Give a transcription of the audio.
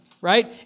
right